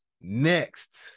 next